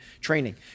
training